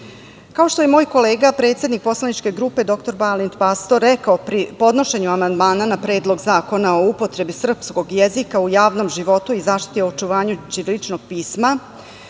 što je moj kolega, predsednik poslaničke grupe dr Balint Pastor, rekao pri podnošenju amandmana na Predlog zakona o upotrebi srpskog jezika u javnom životu i zaštiti i očuvanju ćiriličnog pisma,